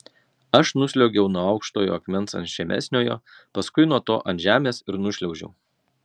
aš nusliuogiau nuo aukštojo akmens ant žemesniojo paskui nuo to ant žemės ir nušliaužiau